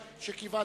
ההסתייגויות,